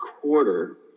quarter